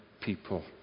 people